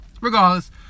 Regardless